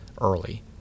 early